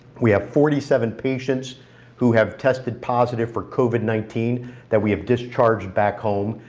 we have forty seven patients who have tested positive for covid nineteen that we have discharged back home.